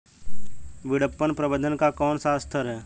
विपणन प्रबंधन का कौन सा स्तर है?